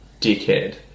dickhead